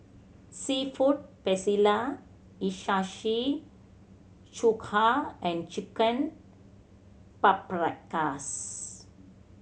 Seafood Paella Hiyashi Chuka and Chicken Paprikas